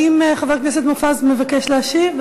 האם חבר הכנסת מופז מבקש להשיב?